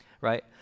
right